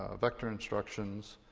ah vector instructions,